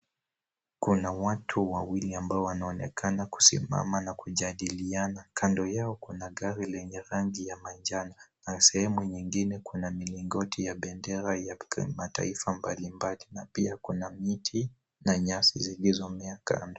Kuna watu wawili ambao wanaonekana kusimama na kujadiliana. Kando yao kuna gari lenye rangi ya manjano na sehemu nyingine kuna milingoti ya bendera ya kimataifa mbalimbali na pia kuna miti na nyasi zilizomea kando.